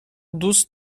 دوست